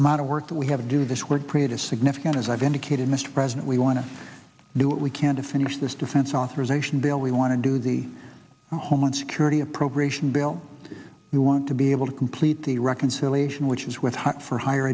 amount of work that we have to do this would create a significant as i've indicated mr president we want to do what we can to finish this defense authorization bill we want to do the homeland security appropriation bill we want to be able to complete the reconciliation which is with hot for higher